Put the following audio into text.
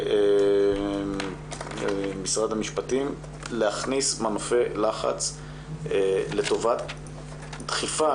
ומשרד המשפטים להכניס מנופי לחץ לטובת דחיפה